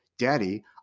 daddy